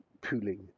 pooling